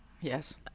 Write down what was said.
Yes